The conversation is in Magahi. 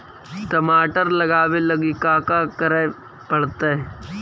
टमाटर लगावे लगी का का करये पड़तै?